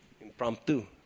Impromptu